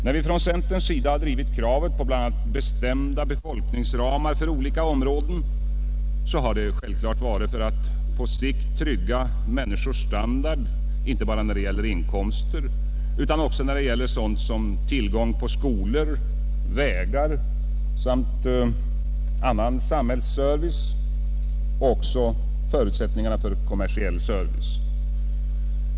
När vi från centerns sida drivit kravet på bl.a. bestämda befolkningsramar för olika områden har vi självfallet gjort det för att på sikt trygga människors standard inte bara när det gäller inkomster utan också när det gäller sådant som tillgång på skolor, vägar och annan samhällsservice samt förutsättningarna för kommersiell service.